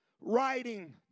writing